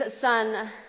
son